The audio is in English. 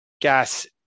gas